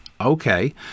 Okay